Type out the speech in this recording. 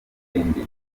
ibitenge